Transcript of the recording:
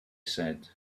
said